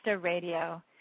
Radio